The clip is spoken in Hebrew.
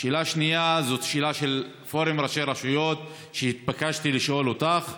שאלה שנייה זאת שאלה של פורום ראשי רשויות שהתבקשתי לשאול אותך.